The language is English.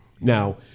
Now